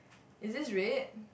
is this red